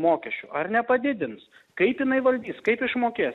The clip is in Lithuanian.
mokesčių ar nepadidins kaip jinai valdys kaip išmokės